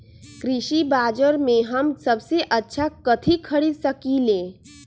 कृषि बाजर में हम सबसे अच्छा कथि खरीद सकींले?